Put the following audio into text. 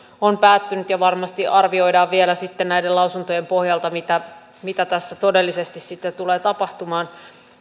on päättynyt ja varmasti arvioidaan vielä sitten näiden lausuntojen pohjalta mitä mitä tässä todellisesti sitten tulee tapahtumaan